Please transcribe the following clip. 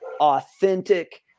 authentic